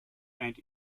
and